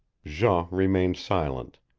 jean remained silent.